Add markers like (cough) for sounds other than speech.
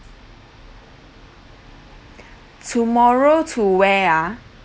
(breath) tomorrow to where ah